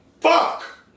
Fuck